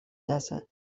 desert